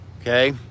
Okay